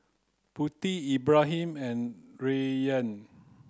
Putri Ibrahim and Rayyan